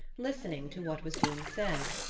listening to what was being said.